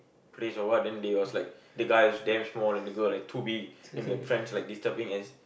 place or what then they was like the guy's damn small and the girl like too big and the friends like disturbing as